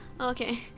Okay